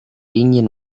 ingin